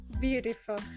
beautiful